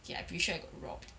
okay I'm pretty sure I got robbed